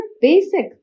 basic